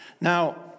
Now